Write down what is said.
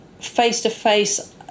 face-to-face